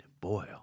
boil